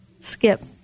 skip